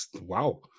Wow